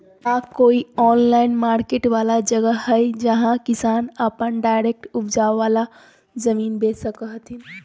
का कोई online market वाला जगह हइ जहां किसान डायरेक्ट अप्पन उपजावल समान बेच सको हथीन?